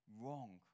wrong